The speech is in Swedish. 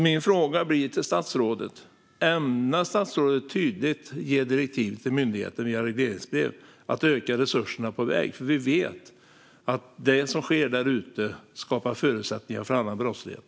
Min fråga till statsrådet blir: Ämnar statsrådet tydligt ge direktiv till myndigheten via regleringsbrev att öka resurserna på väg? Vi vet ju att det som sker där ute skapar förutsättningar för annan brottslighet.